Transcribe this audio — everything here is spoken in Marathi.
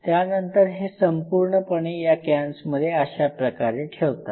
त्यानंतर हे संपूर्णपणे या कॅन्समध्ये अशाप्रकारे ठेवतात